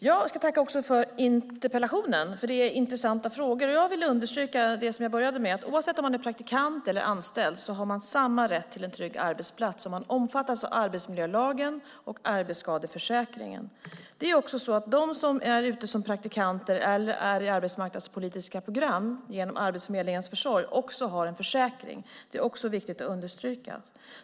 Herr talman! Jag ska tacka för interpellationen, för det är intressanta frågor. Jag vill understryka det som jag började med, att man oavsett om man är praktikant eller anställd har samma rätt till en trygg arbetsplats. Och man omfattas av arbetsmiljölagen och arbetsskadeförsäkringen. De som är ute som praktikanter eller är i arbetsmarknadspolitiska program genom Arbetsförmedlingens försorg har också en försäkring. Det är också viktigt att understryka.